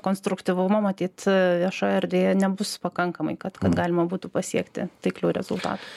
konstruktyvumo matyt viešojoje erdvėje nebus pakankamai kad kad galima būtų pasiekti taiklių rezultatų